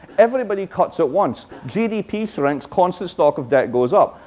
everybody cuts at once. gdp shrinks, constant stock of debt goes up.